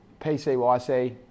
PCYC